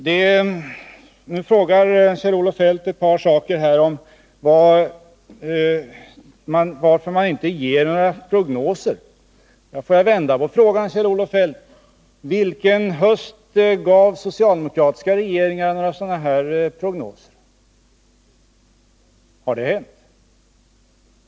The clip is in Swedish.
Sedan ställer Kjell-Olof Feldt ett par frågor om varför man inte ger några prognoser. Får jag vända på frågan, Kjell-Olof Feldt: Vilken höst gav socialdemokratiska regeringar några sådana prognoser? Har det hänt?